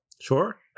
Sure